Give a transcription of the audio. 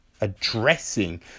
addressing